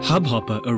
Hubhopper